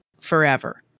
forever